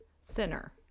center